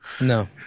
No